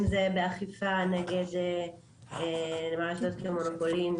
אם זה באכיפה נגד נמל אשדוד כמונופולין,